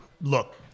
Look